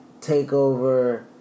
TakeOver